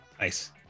Nice